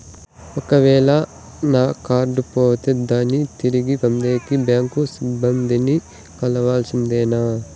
ఒక వేల నా కార్డు పోతే దాన్ని తిరిగి పొందేకి, బ్యాంకు సిబ్బంది ని కలవాల్సిందేనా?